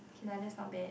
okay lah that's not bad